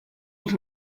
els